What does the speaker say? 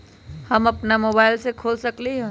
हम अपना मोबाइल से खोल सकली ह?